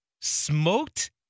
Smoked